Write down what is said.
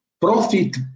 profit